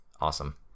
Awesome